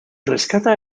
rescata